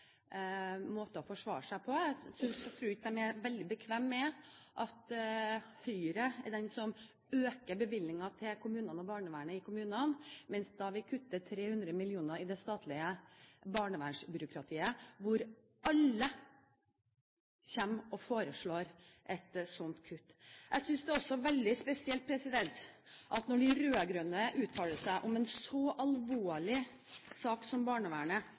måte å forsvare seg på. Jeg tror ikke de er veldig bekvemme med at Høyre er de som øker bevilgningene til barnevernet i kommunene, mens vi kutter 300 mill. kr i det statlige barnevernsbyråkratiet, hvor alle kommer og foreslår et sånt kutt. Jeg synes det også er veldig spesielt at når de rød-grønne uttaler seg om en så alvorlig sak som barnevernet,